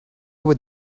would